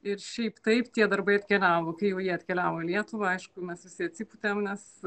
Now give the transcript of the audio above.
ir šiaip taip tie darbai atkeliavo kai jau jie atkeliavo į lietuvą aišku mes visi atsipūtėm nes